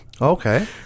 okay